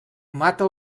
mata